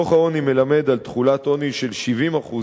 דוח העוני מלמד על תחולת עוני של 70%